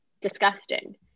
disgusting